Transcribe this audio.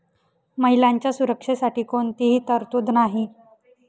महिलांच्या सुरक्षेसाठी कोणतीही तरतूद नाही